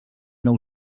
nou